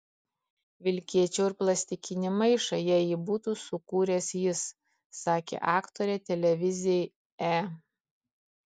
vilkėčiau ir plastikinį maišą jei jį būtų sukūręs jis sakė aktorė televizijai e